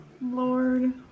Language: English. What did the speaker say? Lord